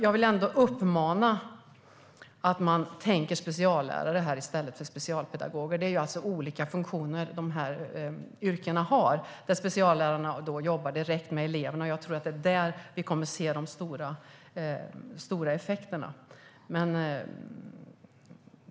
Jag vill uppmana till att tänka speciallärare i stället för specialpedagoger. Det är olika funktioner som de här yrkena har. Speciallärarna jobbar direkt med eleverna, och jag tror att det är i det arbetet vi kommer att se de stora effekterna.